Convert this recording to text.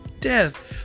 death